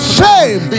shame